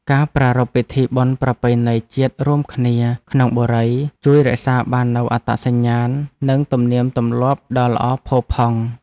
ការប្រារព្ធពិធីបុណ្យប្រពៃណីជាតិរួមគ្នាក្នុងបុរីជួយរក្សាបាននូវអត្តសញ្ញាណនិងទំនៀមទម្លាប់ដ៏ល្អផូរផង់។